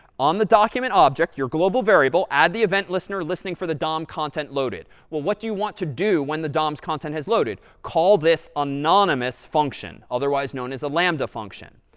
on the document object, your global variable, add the event listener listening for the dom content loaded. well, what do you want to do when the dom's content has loaded? call this anonymous function, otherwise known as a lambda function.